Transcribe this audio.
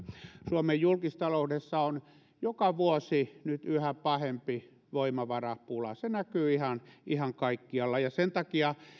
suomen julkistaloudessa on nyt joka vuosi yhä pahempi voimavarapula se näkyy ihan ihan kaikkialla sen takia